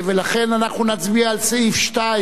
לכן אנחנו נצביע על סעיף 2